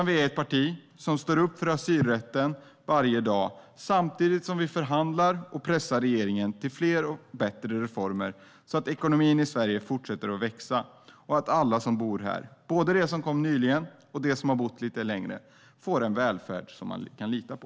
Vi är ett parti som står upp för asylrätten varje dag samtidigt som vi förhandlar och pressar regeringen till fler och bättre reformer så att ekonomin i Sverige fortsätter växa och så att alla som bor här, både de som kom nyligen och de som har bott här lite längre, får en välfärd som man kan lita på.